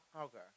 Okay